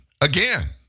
again